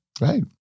right